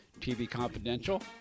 tvconfidential